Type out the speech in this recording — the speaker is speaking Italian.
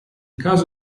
caso